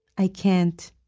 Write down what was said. i can't.